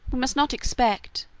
we must not expect,